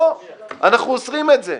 לא, אנחנו אוסרים את זה.